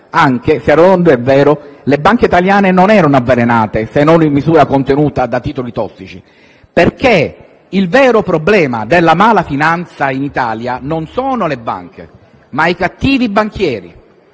anche se, ad onor del vero, le banche italiane non erano avvelenate, se non in misura contenuta, da titoli tossici: il vero problema della malafinanza in Italia non sono le banche, ma i cattivi banchieri.